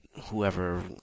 whoever